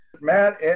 Matt